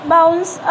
Bounce